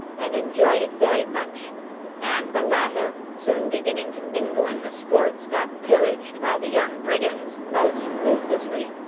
and enjoyed it very much and the latter, soon beginning to mingle in the sports, got pillaged by the young brigands most ruthlessly.